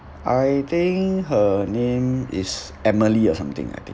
I think her name is emily or something I think